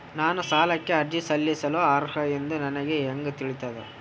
ನಾನು ಸಾಲಕ್ಕೆ ಅರ್ಜಿ ಸಲ್ಲಿಸಲು ಅರ್ಹ ಎಂದು ನನಗೆ ಹೆಂಗ್ ತಿಳಿತದ?